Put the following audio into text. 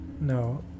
no